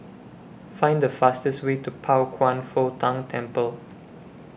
Find The fastest Way to Pao Kwan Foh Tang Temple